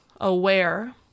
aware